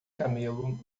camelo